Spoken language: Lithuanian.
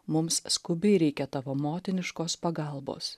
mums skubiai reikia tavo motiniškos pagalbos